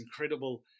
incredible